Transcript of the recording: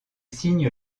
signe